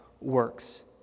works